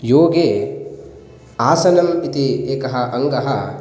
योगे आसनम् इति एकः अङ्गः